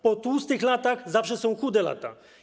Po tłustych latach zawsze są chude lata.